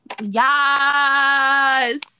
Yes